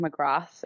McGrath